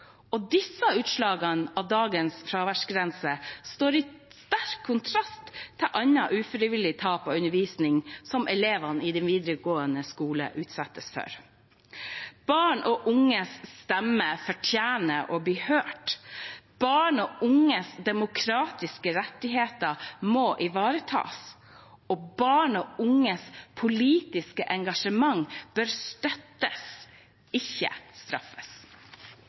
Disse utslagene av dagens fraværsgrense står i sterk kontrast til annet ufrivillig tap av undervisning som elevene i den videregående skole utsettes for. Barn og unges stemmer fortjener å bli hørt. Barn og unges demokratiske rettigheter må ivaretas. Barn og unges politiske engasjement bør støttes – ikke straffes.